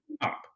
up